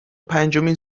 پنجمین